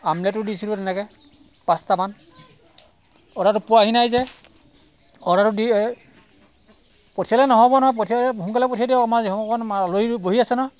আমলেটো দিছিলো তেনেকৈ পাঁচটামান অৰ্ডাৰটো পোৱাহি নাই যে অৰ্ডাৰটো দি পঠিয়ালে নহ'ব নহয় পঠিয়াই সোনকালে পঠিয়াই দিয়ক আমাৰ আলহী বহি আছে ন